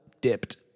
dipped